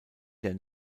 der